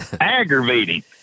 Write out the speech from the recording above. aggravating